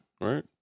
right